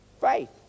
faith